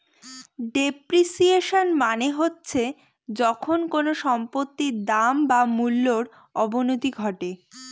depreciation মানে হচ্ছে যখন কোনো সম্পত্তির দাম বা মূল্যর অবনতি ঘটে